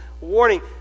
warning